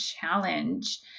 challenge